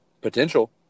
potential